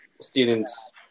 Students